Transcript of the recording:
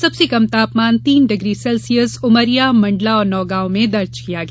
सबसे कम तापमान तीन डिग्री सेल्सियस उमरिया मण्डला और नौगांव में दर्ज किया गया